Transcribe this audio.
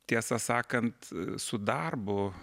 tiesą sakant su darbu